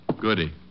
Goody